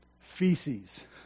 Feces